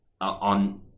on